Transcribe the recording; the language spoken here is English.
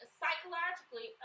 psychologically